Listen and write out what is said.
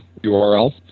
URL